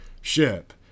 ship